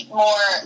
more –